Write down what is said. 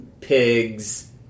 pigs